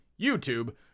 YouTube